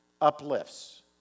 uplifts